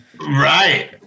Right